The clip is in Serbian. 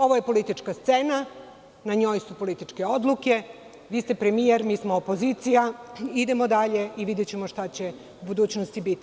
Ovo je politička scena, na njoj su političke odluke, vi ste premijer, mi smo opozicija, idemo dalje i videćemo šta će u budućnosti biti.